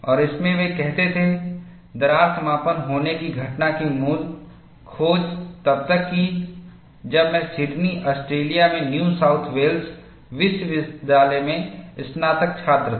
और इसमें वे कहते हैं दरार समापन होने की घटना की मूल खोज तब की गई जब मैं सिडनी ऑस्ट्रेलिया में न्यू साउथ वेल्स विश्वविद्यालय में स्नातक छात्र था